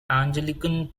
anglican